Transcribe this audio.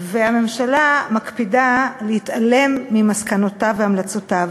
והממשלה מקפידה להתעלם ממסקנותיו והמלצותיו.